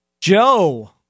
Joe